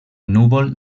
núvol